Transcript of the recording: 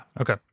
okay